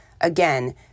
Again